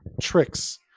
tricks